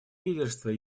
лидерство